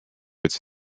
its